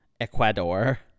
Ecuador